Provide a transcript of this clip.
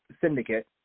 Syndicate